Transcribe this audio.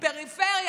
פריפריה,